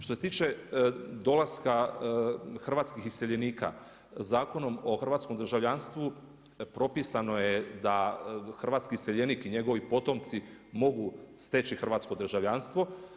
Što se tiče dolaska hrvatskih iseljenika, Zakonom o hrvatskom državljanstvu propisano je da hrvatski iseljenik i njegovi potomci mogu steći hrvatsko državljanstvo.